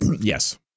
yes